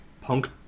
punk